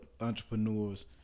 entrepreneurs